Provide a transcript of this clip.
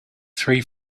three